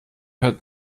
hört